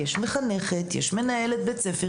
יש מחנכת ויש מנהלת בית ספר,